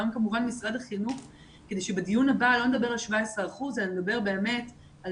גם כמובן משרד החינוך כדי שבדיון הבא לא נדבר על 17% אלא נדבר באמת על